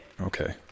Okay